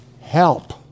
help